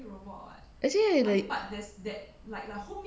actually like